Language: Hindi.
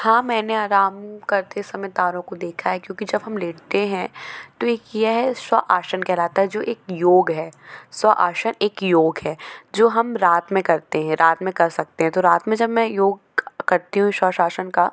हाँ मैंने अराम करते समय तारों को देखा है क्योंकि जब हम लेटते हैं तो एक यह कहलाता है जो एक योग है एक योग है जो हम रात में करते हैं रात में कर सकते हैं तो रात में जब मैं योग करती हूँ का